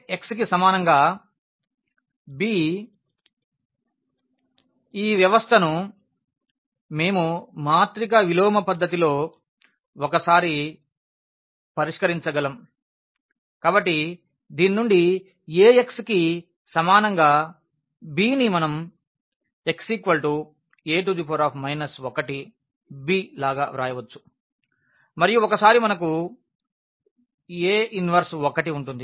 Ax కి సమానంగా b ఈ వ్యవస్థను మేము మాత్రిక విలోమపద్ధతిలో ఒకేసారి పరిష్కరించగల కాబట్టి దీనినుండి Ax కి సమానంగా bని మనం x A 1b లాగా వ్రాయవచ్చు మరియు ఒకసారి మనకు A 1 వుంటుంది